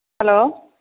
hello